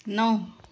नौ